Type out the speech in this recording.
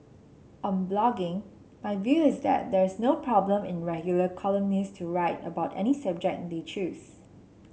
on blogging my view is that there is no problem in regular columnists to write about any subject they choose